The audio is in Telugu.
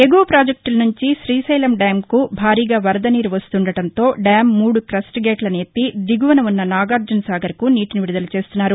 ఎగువ ప్రాజెక్టుల నుంచి శీశైలం డ్యాంకు భారీగా వరద నీరు వస్తూ వుండటంతో డ్యాం మూడు క్రస్ట్గేట్లను ఎత్తి దిగువ పున్న నాగార్జన సాగర్కు నీటిని విడుదల చేస్తున్నారు